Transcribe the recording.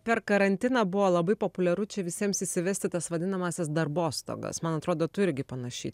per karantiną buvo labai populiaru čia visiems įsivesti tas vadinamąsias darbostogas man atrodo tu irgi panašiai